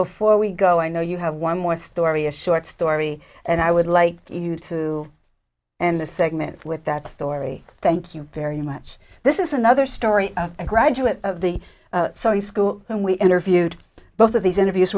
before we go i know you have one more story a short story and i would like you to in the segment with that story thank you very much this is another story of a graduate of the saudi school and we interviewed both of these interviews